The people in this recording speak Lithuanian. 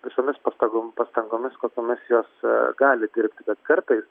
visomis pastagom pastangomis kokiomis jos gali dirbti bet kartais